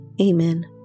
Amen